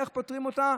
איך פותרים אותה?